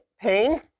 pain